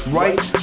right